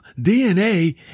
DNA